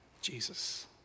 Jesus